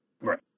Right